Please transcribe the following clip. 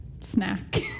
snack